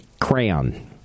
crayon